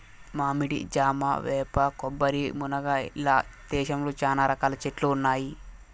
మామిడి, జామ, వేప, కొబ్బరి, మునగ ఇలా దేశంలో చానా రకాల చెట్లు ఉన్నాయి